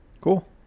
cool